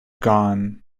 gone